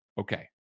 okay